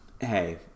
hey